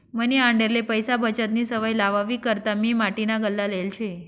मनी आंडेरले पैसा बचतनी सवय लावावी करता मी माटीना गल्ला लेयेल शे